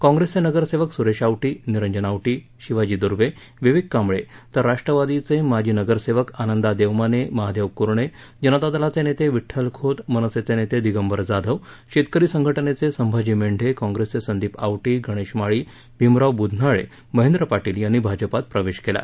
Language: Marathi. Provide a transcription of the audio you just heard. काँग्रेसचे नगरसेवक सुरेश आवटी निरंजन आवटी शिवाजी दूर्वे विवेक कांबळे तर राष्ट्रवादीचे माजी नगरसेवक आनंदा देवमाने महादेव कूरणे जनता दलाचे नेते विड्ठल खोत मनसेचे नेते दिगंबर जाधव शेतकरी संघटनेचे संभाजी मेंढे काँप्रेसचे संदीप आवटी गणेश माळी भीमराव बुधनाळे महेंद्र पाटील यांनी भाजपात प्रवेश केला